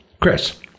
Chris